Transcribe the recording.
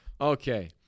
Okay